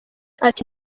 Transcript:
ati